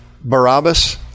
Barabbas